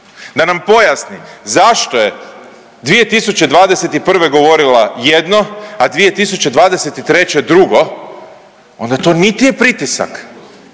da nam pojasni zašto je 2021. govorila jedno, a 2023. drugo onda to niti je pritisak